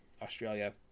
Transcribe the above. australia